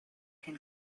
can